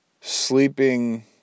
sleeping